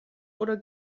oder